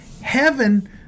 Heaven